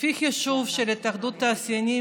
לפי חישוב של התאחדות התעשיינים,